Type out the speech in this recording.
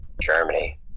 Germany